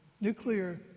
nuclear